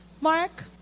Mark